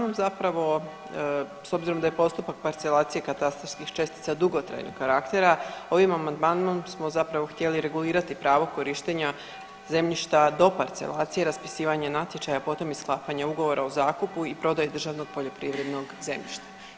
Ovim amandmanom zapravo s obzirom da je postupak parcelacije katastarskih čestica dugotrajnog karaktera ovim amandmanom smo zapravo htjeli regulirati pravo korištenja zemljišta do parcelacije raspisivanje natječaja potom i sklapanje ugovora o zakupu i prodaju državnog poljoprivrednog zemljišta.